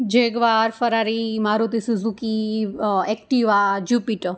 Jaguar Ferrari Maruti Suzuki Activa Jupiter